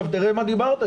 תראה על מה דיברת,